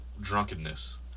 drunkenness